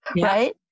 right